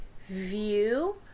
view